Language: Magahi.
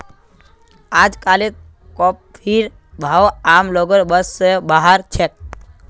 अजकालित कॉफीर भाव आम लोगेर बस स बाहर छेक